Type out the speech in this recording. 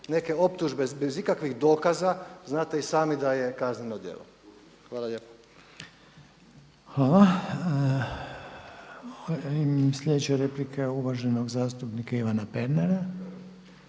neke optužbe bez ikakvih dokaza znate i sami da je kazneno djelo. Hvala lijepa. **Reiner, Željko (HDZ)** Hvala. Sljedeća replika je uvaženog zastupnika Ivana Pernara.